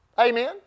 Amen